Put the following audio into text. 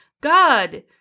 God